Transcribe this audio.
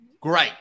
great